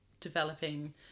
developing